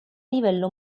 livello